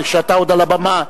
כשאתה עוד על הבמה,